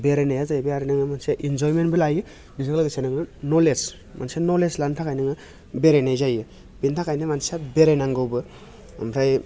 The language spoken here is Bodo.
बेरायनाया आरो जाहैबाय नोङो मोनसे इनजयमेन्टबो लायो बिजों लोगोसे नोङो नलेज मोनसे नलेज लानो थाखाय नोङो बेरायनाय जायो बिनि थाखायनो मानसिया बेरायनांगौबो आमफ्राय